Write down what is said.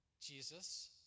Jesus